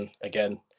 again